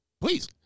Please